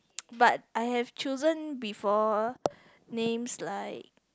but I have chosen before names like